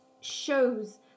shows